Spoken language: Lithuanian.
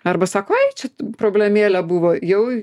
arba sako ai čia problemėlė buvo jau